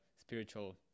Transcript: spiritual